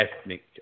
ethnic